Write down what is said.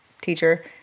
teacher